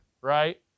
right